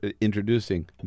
introducing